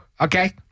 Okay